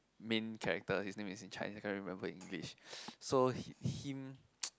main character his name is in Chinese I can't remember English so him